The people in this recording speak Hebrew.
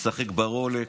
משחק ברולקס,